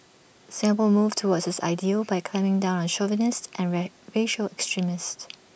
Singapore moved towards this ideal by clamping down on chauvinists and ran racial extremists